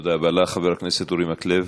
חבר הכנסת אורי מקלב.